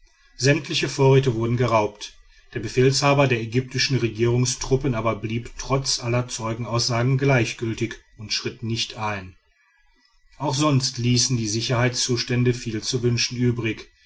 sämtliche vorräte wurden geraubt der befehlshaber der ägyptischen regierungstruppen aber blieb trotz aller zeugenaussagen gleichgültig und schritt nicht ein auch sonst ließen die sicherheitszustände viel zu wünschen übrig